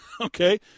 Okay